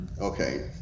okay